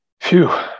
Phew